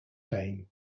fame